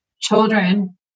Children